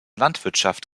landwirtschaft